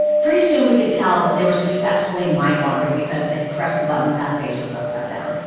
pretty soon, we could tell that they were successfully mind-wandering, because they pressed the button when that face was upside down.